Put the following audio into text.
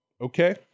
okay